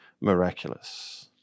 miraculous